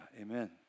amen